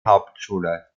hauptschule